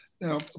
Now